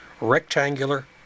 rectangular